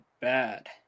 bad